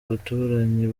baturanyi